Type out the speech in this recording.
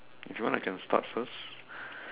if you want I can start first